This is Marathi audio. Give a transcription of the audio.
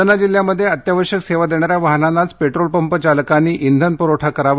जालना जिल्ह्यामध्ये अत्यावश्यक सेवा देणाऱ्या वाहनांनाच पेट्रोल पंप चालकांनी इंधन पुरवठा करावा